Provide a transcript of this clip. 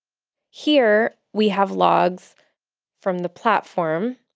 here we have logs from the platform.